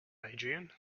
adrian